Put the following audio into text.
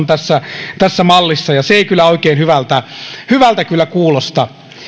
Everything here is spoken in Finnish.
tässä tässä mallissa ja se ei kyllä oikein hyvältä hyvältä kuulosta